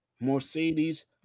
Mercedes